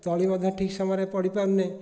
ତଳି ମଧ୍ୟ ଠିକ୍ ସମୟରେ ପଡ଼ି ପାରୁନେଇ